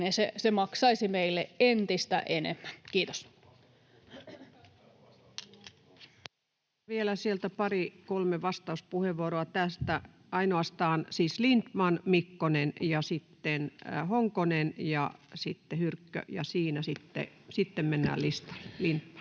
Time: 16:11 Content: Vielä sieltä pari kolme vastauspuheenvuoroa tästä, ainoastaan siis Lindtman, Mikkonen, Honkonen ja sitten Hyrkkö, ja sitten mennään listalle. — Lindtman.